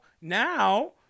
now